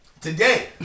Today